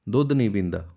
ਦੁੱਧ ਨਹੀਂ ਪੀਂਦਾ